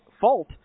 fault